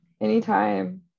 anytime